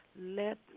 Let